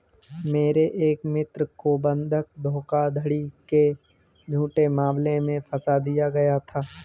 मेरे एक मित्र को बंधक धोखाधड़ी के झूठे मामले में फसा दिया गया था